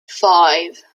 five